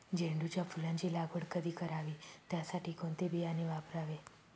झेंडूच्या फुलांची लागवड कधी करावी? त्यासाठी कोणते बियाणे वापरावे?